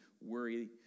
worry